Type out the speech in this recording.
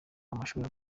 amashuri